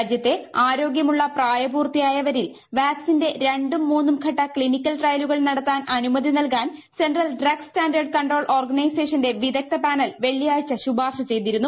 രാജ്യത്തെ ആരോഗൃമുള്ള പ്രായപൂർത്തിയായവരിൽ വാക്സിന്റെ രണ്ടും മൂന്നും ഘട്ട ക്സിനിക്കൽ ട്രയലുകൾ നടത്താൻ അനുമതി നൽകാൻ സെൻട്രൽ ഡ്രഗ്സ് സ്റ്റാൻഡേർഡ് കൺട്രോൾ ഓർഗനൈസേഷന്റെ വിദഗ്ധ പാനൽ വെള്ളിയാഴ്ച ശുപാർശ ചെയ്തിരുന്നു